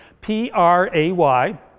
P-R-A-Y